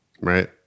right